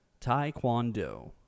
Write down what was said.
taekwondo